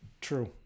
True